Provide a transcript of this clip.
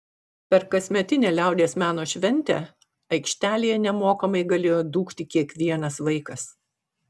per kasmetinę liaudies meno šventę aikštelėje nemokamai galėjo dūkti kiekvienas vaikas